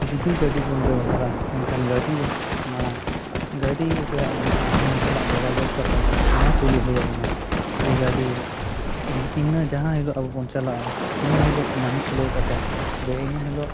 ᱡᱩᱫᱤ ᱜᱟᱹᱰᱤᱵᱚᱱ ᱵᱮᱵᱷᱟᱨᱟ ᱮᱱᱠᱷᱟᱱ ᱜᱟᱹᱰᱤ ᱫᱚ ᱢᱟᱲᱟᱝ ᱜᱟᱹᱰᱤ ᱚᱠᱚᱭᱟᱜ ᱢᱮᱱᱟᱜᱼᱟ ᱩᱱᱤ ᱥᱟᱞᱟᱜ ᱡᱚᱜᱟᱡᱳᱜᱽ ᱠᱟᱛᱮᱫ ᱱᱚᱣᱟ ᱠᱩᱞᱤ ᱦᱩᱭᱟᱵᱚᱱᱟ ᱡᱮ ᱜᱟᱹᱰᱤ ᱛᱮᱦᱮᱧ ᱤᱱᱟᱹ ᱡᱟᱦᱟᱸ ᱦᱤᱞᱳᱜ ᱟᱵᱚᱵᱚᱱ ᱪᱞᱟᱜᱼᱟ ᱤᱱᱟᱹ ᱦᱤᱞᱳᱜ ᱢᱟᱹᱦᱤᱛ ᱞᱟᱹᱭ ᱠᱟᱛᱮᱫ ᱡᱮ ᱤᱱᱟᱹ ᱦᱤᱞᱳᱜ